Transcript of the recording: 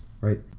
right